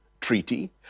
treaty